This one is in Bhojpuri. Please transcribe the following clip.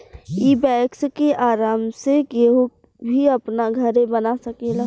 इ वैक्स के आराम से केहू भी अपना घरे बना सकेला